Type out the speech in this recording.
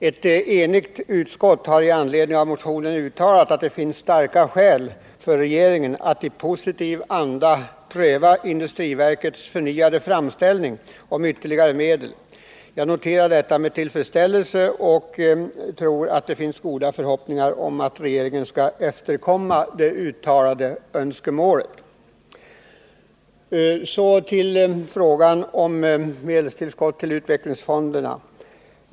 Ett enigt utskott har i anledning av motionen uttalat att det finns starka skäl för regeringen att i positiv andra pröva industriverkets förnyade framställning om ytterligare medel. Jag noterar detta med tillfredsställelse och tror att man kan hysa goda förhoppningar om att regeringen skall efterkomma det uttalade önskemålet. Så till frågan om medelstillskott till utvecklingsfonderna.